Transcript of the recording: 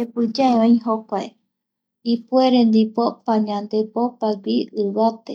Jepi yae oi jokuae ipuere ndipo pañandepopo gui ivate,